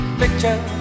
picture